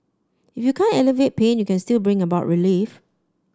if you can't alleviate pain you can still bring about relief